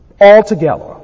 altogether